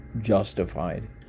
justified